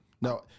No